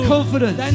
Confidence